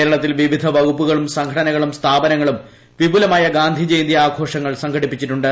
കേരളത്തിൽ വിവിധ വകുപ്പുകളും സംഘടനകളും സ്ഥാപനങ്ങളും വിപുലമായ ഗാന്ധിജയന്തി ആഘോഷങ്ങൾ സംഘടിപ്പിച്ചിട്ടുണ്ട്